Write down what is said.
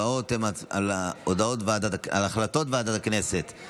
הצבעה על הצעת חוק ההתייעלות הכלכלית (תיקוני חקיקה